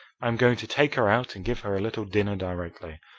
i am going to take her out and give her a little dinner directly.